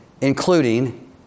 Including